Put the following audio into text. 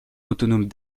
autonomes